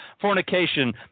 Fornication